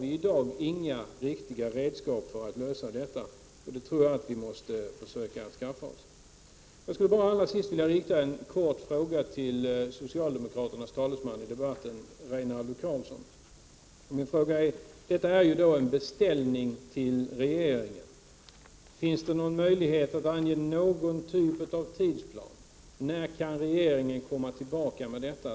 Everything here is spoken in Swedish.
Vi har i dag inga riktiga redskap för att ta itu med detta, och det tror jag att vi måste försöka skaffa oss. Allra sist skulle jag bara vilja rikta en kort fråga till socialdemokraternas talesman i debatten, Rinaldo Karlsson. Min fråga är: Detta är ju en beställning till regeringen. Finns det någon möjlighet att ange en tidsplan? När kan regeringen återkomma till riksdagen med detta?